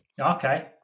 Okay